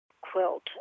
quilt